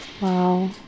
Wow